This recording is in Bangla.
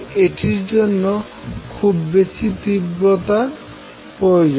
এটির জন্য খুব বেশি তীব্রতার প্রয়োজন